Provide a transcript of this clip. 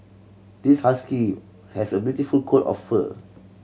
this husky has a beautiful coat of fur